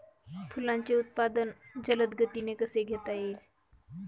फुलांचे उत्पादन जलद गतीने कसे घेता येईल?